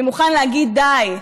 שמוכן להגיד: די,